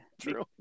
true